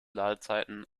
ladezeiten